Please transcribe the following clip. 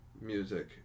music